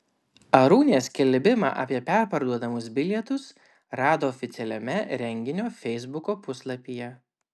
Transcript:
arūnė skelbimą apie perparduodamus bilietus rado oficialiame renginio feisbuko puslapyje